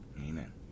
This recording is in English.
Amen